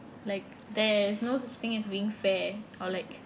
like there's no such thing as being fair or like